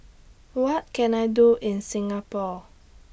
What Can I Do in Singapore